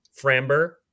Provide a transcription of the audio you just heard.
Framber